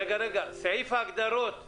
רגע, סעיף ההגדרות.